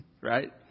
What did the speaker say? Right